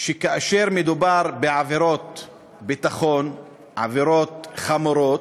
שכאשר מדובר בעבירות ביטחון, עבירות חמורות,